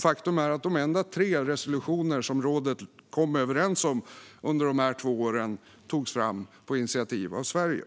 Faktum är att de enda tre resolutioner som rådet kom överens om under dessa två år togs fram på initiativ av Sverige.